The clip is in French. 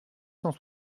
cent